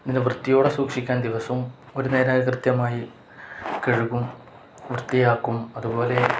ഇതിനെ വൃത്തിയോടെ സൂക്ഷിക്കാൻ ദിവസവും ഒരു നേരമതു കൃത്യമായി കഴുകും വൃത്തിയാക്കും അതുപോലെ